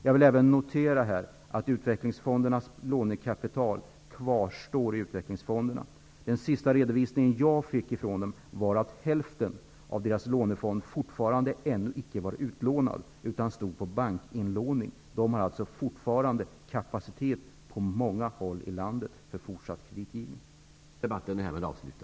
Jag vill även notera att utvecklingfondernas lånekapital kvarstår i utvecklingsfonderna. Den sista redovisning som jag fick ifrån dem var att hälften av deras lånefond fortfarande inte var utlånad. Den stod på bankinlåning. De har alltså på många håll i landet fortfarande kapacitet för fortsatt kreditgivning.